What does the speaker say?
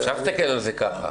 אפשר להסתכל על זה ככה.